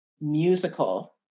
musical